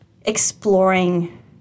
exploring